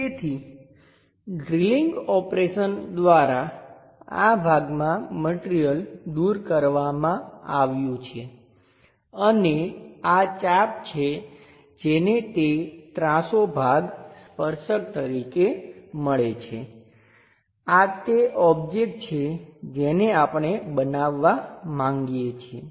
તેથી drilling operation દ્વારા આ ભાગમાં મટિરિયલ દૂર કરવામાં આવ્યું છે અને આ ચાપ છે જેને તે ત્રાસો ભાગ સ્પર્શક તરીકે મળે છે આ તે ઓબ્જેક્ટ છે જેને આપણે બનાવવાં માંગીએ છીએ